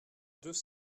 deux